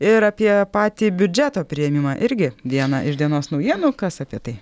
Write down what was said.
ir apie patį biudžeto priėmimą irgi viena iš dienos naujienų kas apie tai